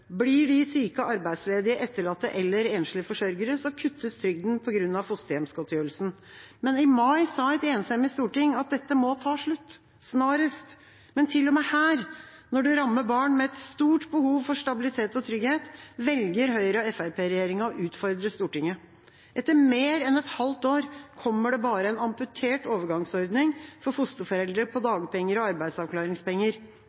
Blir de syke, arbeidsledige, etterlatte eller enslige forsørgere, kuttes trygden på grunn av fosterhjemsgodtgjørelsen. I mai sa et enstemmig storting at dette må ta slutt – snarest. Men til og med her, når det rammer barn med et stort behov for stabilitet og trygghet, velger Høyre–Fremskrittsparti-regjeringa å utfordre Stortinget. Etter mer enn et halvt år kommer det bare en amputert overgangsordning for fosterforeldre på